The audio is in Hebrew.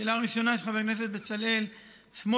השאלה הראשונה, של חבר הכנסת בצלאל סמוטריץ,